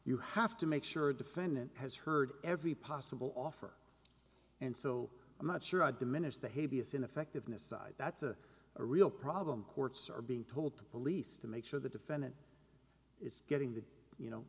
you have to make sure a defendant has heard every possible offer and so i'm not sure i diminish the heaviest ineffectiveness side that's a real problem courts are being told to police to make sure the defendant is getting the you know